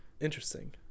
interesting